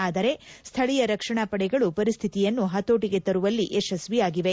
ಆದರೆ ಸ್ಥಳೀಯ ರಕ್ಷಣಾ ಪಡೆಗಳು ಪರಿಸ್ಥಿತಿಯನ್ನು ಹತೋಟಗೆ ತರುವಲ್ಲಿ ಯಶಸ್ವಿಯಾಗಿವೆ